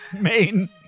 main